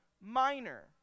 Minor